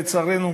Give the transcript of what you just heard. לצערנו,